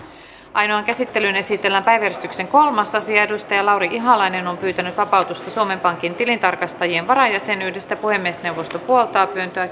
ainoaan käsittelyyn esitellään päiväjärjestyksen kolmas asia lauri ihalainen on pyytänyt vapautusta suomen pankin tilintarkastajien varajäsenyydestä puhemiesneuvosto puoltaa pyyntöä